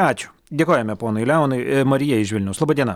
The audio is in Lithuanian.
ačiū dėkojame ponui leonui marija iš vilniaus laba diena